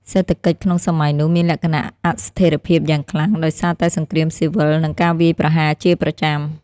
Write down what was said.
សេដ្ឋកិច្ចក្នុងសម័យនោះមានលក្ខណៈអស្ថិរភាពយ៉ាងខ្លាំង ដោយសារតែសង្គ្រាមស៊ីវិលនិងការវាយប្រហារជាប្រចាំ។